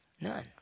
None